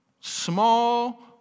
small